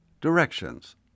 Directions